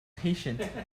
patient